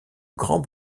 grands